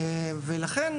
ולכן,